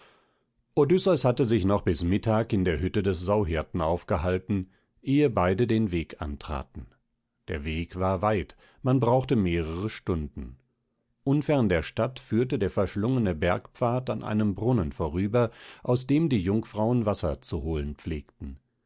odysseus hatte sich noch bis mittag in der hütte des sauhirten aufgehalten ehe beide den weg antraten der weg war weit man brauchte mehrere stunden unfern der stadt führte der verschlungene bergpfad an einem brunnen vorüber aus dem die jungfrauen wasser zu holen pflegten